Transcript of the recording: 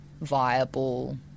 viable